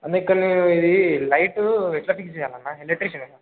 అన్న ఇక్కడ ఇది లైటు ఎట్లా తీసేయాలి అన్న ఎలక్ట్రీషియన్ కదా